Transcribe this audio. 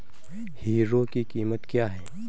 Hero की कीमत क्या है?